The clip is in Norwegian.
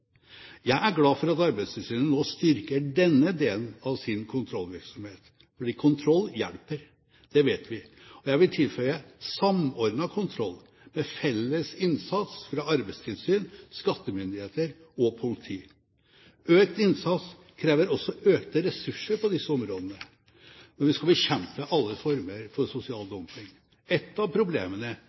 Jeg er glad for at Arbeidstilsynet nå styrker denne delen av sin kontrollvirksomhet, fordi kontroll hjelper, det vet vi, og jeg vil tilføye samordnet kontroll ved felles innsats fra arbeidstilsyn, skattemyndigheter og politi. Økt innsats krever også økte ressurser på disse områdene når vi skal bekjempe alle former for sosial dumping. Ett av problemene